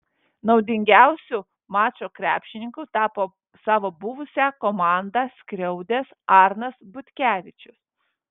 naudingiausiu mačo krepšininku tapo savo buvusią komandą skriaudęs arnas butkevičius